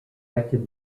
active